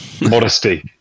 Modesty